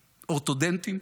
אורתודנטים,